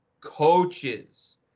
coaches